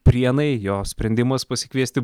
prienai jo sprendimas pasikviesti